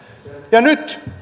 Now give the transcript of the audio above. ja nyt